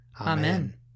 Amen